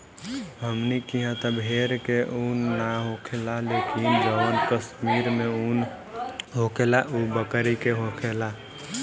हमनी किहा त भेड़ के उन ना होखेला लेकिन जवन कश्मीर में उन होखेला उ बकरी के होखेला